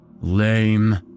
Lame